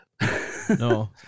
No